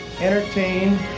entertain